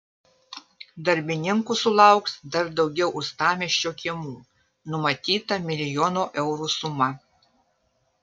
darbininkų sulauks dar daugiau uostamiesčio kiemų numatyta milijono eurų suma